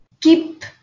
Keep